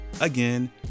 Again